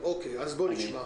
שלומי,